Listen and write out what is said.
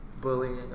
bullying